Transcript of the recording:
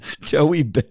Joey